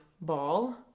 ball